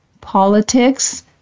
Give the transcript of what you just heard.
politics